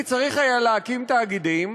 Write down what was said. כי צריך היה להקים תאגידים,